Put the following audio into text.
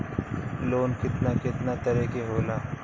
Loan केतना केतना तरह के होला?